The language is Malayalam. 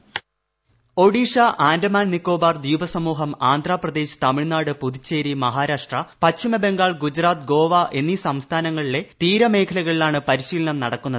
വോയ്സ് ഒഡീഷ ആന്റമാൻ നിക്കോബാർ ദ്വീപ സമൂഹം ആന്ധ്രാ പ്രദേശ് തമിഴ്നാട് പുതുച്ചേരി മഹാരാഷ്ട്രി പശ്ചിമ ബംഗാൾ ഗുജറാത്ത് ഗോവ എന്നീ സ്റ്റ്സ്ഥാനങ്ങളിലെ തീരമേഖലകളിലാണ് പരിശീലനം ന്ടക്കുന്നത്